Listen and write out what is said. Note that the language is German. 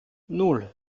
nan